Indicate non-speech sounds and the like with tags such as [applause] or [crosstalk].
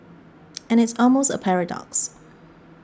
[noise] and it's almost a paradox